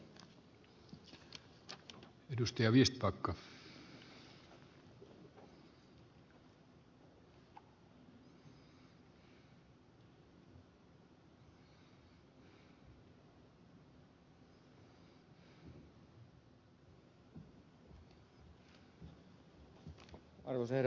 arvoisa herra puhemies